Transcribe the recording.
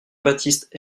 baptiste